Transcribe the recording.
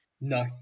No